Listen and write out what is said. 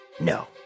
no